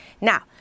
Now